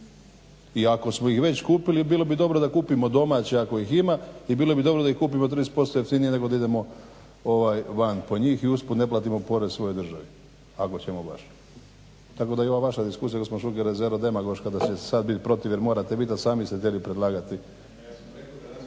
I ako smo ih već kupili bilo bi dobro da kupimo domaće ako ih ima, i bilo bi dobro da ih kupimo 30% jeftinije nego da idemo van po njih i usput ne platimo porez svojoj državi, ako ćemo baš. Tako da i ova vaša diskusija gospodine Šuker rezerva demagoška da ćete sad biti protiv jer morate biti, a sami ste htjeli predlagati.